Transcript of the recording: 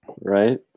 Right